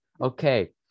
okay